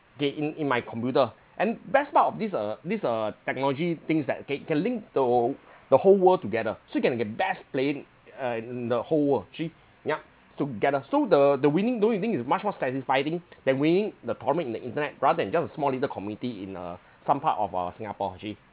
okay in in my computer and best part of this uh this uh technology things that ca~ can link to the whole world together so you can get best player uh in the whole world actually yup together so the the winning don't you think it's much more satisfying that winning the tournament in the internet rather than just a small little community in a some part of our singapore actually